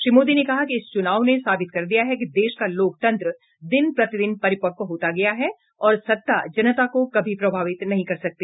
श्री मोदी ने कहा कि इस चुनाव ने साबित कर दिया है कि देश का लोकतंत्र दिन प्रतिदिन परिपक्व होता गया है और सत्ता जनता को कभी प्रभावित नहीं कर सकती